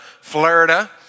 Florida